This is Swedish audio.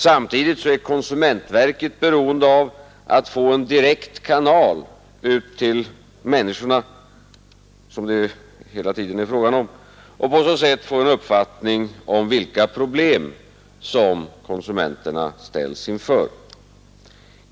Samtidigt är konsumentverket beroende av att få en direkt kanal ut till människorna, som det hela tiden är fråga om, och på så sätt få en uppfattning om vilka problem konsumenterna ställs inför.